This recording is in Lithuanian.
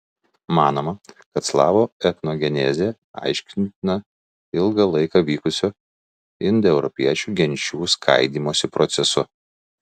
manoma kad slavų etnogenezė aiškintina ilgą laiką vykusiu indoeuropiečių genčių skaidymosi procesu